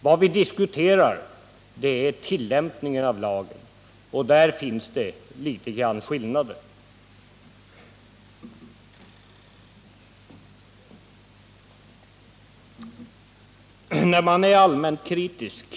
Vad vi diskuterar är tillämpningen av lagen, och därvidlag finns vissa skillnader. När man är allmänt kritisk mot.